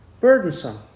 Burdensome